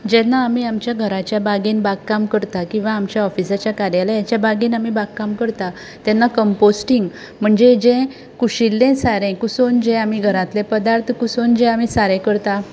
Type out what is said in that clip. जेन्ना आमी आमच्या घराच्या बागेंत बागकाम करतात किंवा आमच्या ऑफिसाच्या कार्यालयाच्या बागेंत आमी बागकाम करतात तेन्ना कम्पोस्टींग म्हणजें जें कुशिल्लें सारें कुसोवन जें आमी घरांतले पदार्थ कुसोवन जें आमी सारें करतात